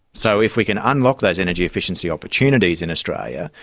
so if we can unlock those energy efficiency opportunities in australia,